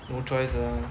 no choice lah